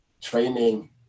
training